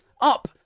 up